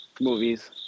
movies